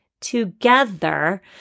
together